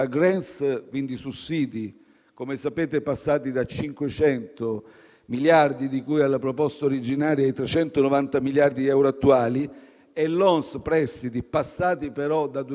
e *loan* (prestiti), passati da 250 a 360 miliardi di euro, a causa della visione anacronistica di pochi Stati membri.